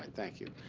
and thank you.